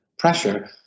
Pressure